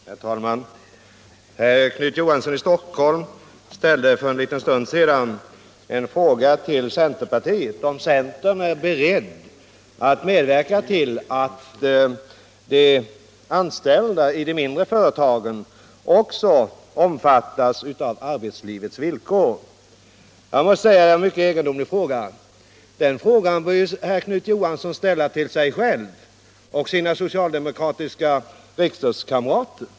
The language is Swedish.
Herr talman! Herr Knut Johansson i Stockholm ställde för en liten stund sedan en fråga till centerpartiet, nämligen om centern är beredd att medverka till att anställda i de mindre företagen får samma villkor i arbetslivet som i övriga företag. Jag måste säga att det är en mycket egendomlig fråga. Den bör Knut Johansson ställa till sig själv och sina socialdemokratiska riksdagskamrater.